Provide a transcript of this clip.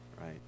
right